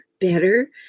better